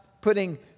putting